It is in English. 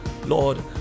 Lord